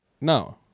no